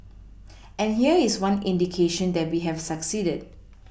and here is one indication that we have succeeded